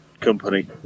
company